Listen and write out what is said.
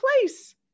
place